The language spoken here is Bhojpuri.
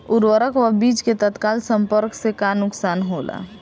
उर्वरक व बीज के तत्काल संपर्क से का नुकसान होला?